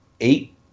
eight